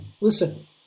listen